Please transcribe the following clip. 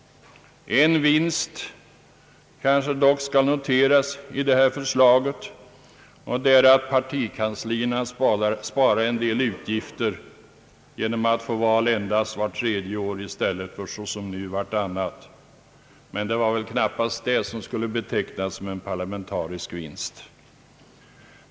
En vinst kanske dock skall noteras i detta förslag, och det är att partikanslierna sparar en del utgifter genom att få val endast vart tredje år i stället för såsom nu vartannat. Men det var väl knappast det som skulle betecknas som en parlamentarisk vinst.